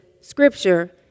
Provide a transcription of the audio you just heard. scripture